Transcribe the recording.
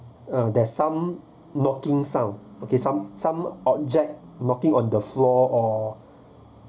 uh there's some knocking sound okay some some object knocking on the floor or